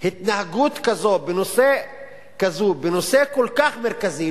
התנהגות כזאת בנושא כל כך מרכזי,